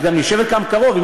את גם יושבת כאן קרוב.